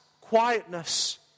Quietness